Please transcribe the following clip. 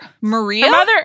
Maria